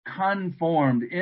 conformed